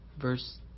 verse